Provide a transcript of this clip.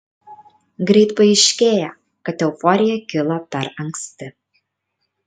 greit paaiškėja kad euforija kilo per anksti